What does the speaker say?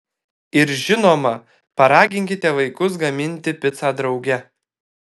ir žinoma paraginkite vaikus gaminti picą drauge